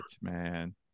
man